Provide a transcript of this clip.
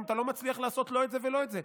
אם אתה לא מצליח לעשות לא את זה ולא את זה.